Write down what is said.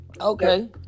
Okay